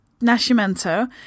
Nascimento